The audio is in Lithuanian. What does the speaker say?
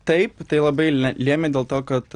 taip tai labai lėmė dėl to kad